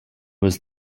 was